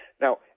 Now